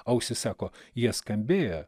ausys sako jie skambėjo